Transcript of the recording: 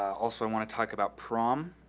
also, i wanna talk about prom.